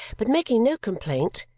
but making no complaint,